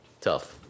tough